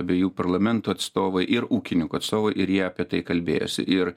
abejų parlamentų atstovai ir ūkinininkų atstovai ir jie apie tai kalbėjosi ir